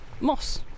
moss